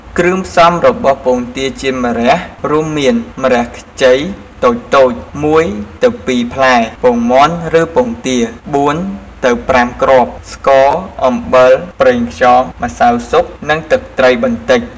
គ្រឿងផ្សំរបស់ពងទាចៀនម្រះរួមមាន ម្រះខ្ចីតូចៗ ១ទៅ២ផ្លែ ពងមាន់ឬពងទា ៤ទៅ៥គ្រាប់ ស្ករ អំបិល ប្រេងខ្យង ម្សៅស៊ុប និង ទឹកត្រីបន្តិច ។